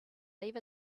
leave